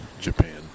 Japan